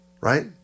right